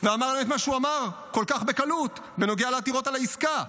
ואמר להם את מה שאמר כל כך בקלות בנוגע לעתירות על העסקה: